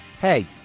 Hey